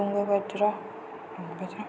Tungabhadra